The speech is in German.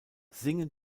singen